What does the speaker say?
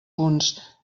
punts